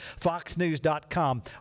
Foxnews.com